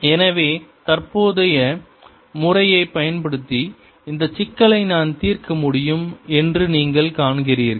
எனவே தற்போதைய முறையைப் பயன்படுத்தி இந்த சிக்கலை நான் தீர்க்க முடியும் என்று நீங்கள் காண்கிறீர்கள்